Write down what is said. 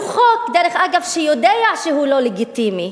והוא חוק, דרך אגב, שיודע שהוא לא לגיטימי,